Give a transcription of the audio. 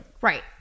Right